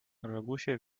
rabusie